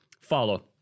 follow